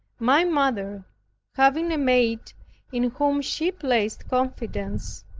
my mother having a maid in whom she placed confidence,